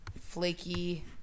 flaky